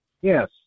Yes